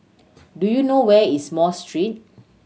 do you know where is Street